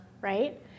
right